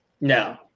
No